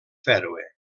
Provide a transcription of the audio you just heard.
fèroe